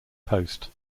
post